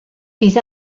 bydd